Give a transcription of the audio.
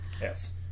Yes